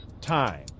time